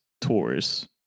tours